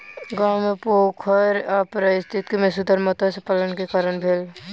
गाम मे पोखैर आ पारिस्थितिकी मे सुधार मत्स्य पालन के कारण भेल